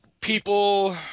people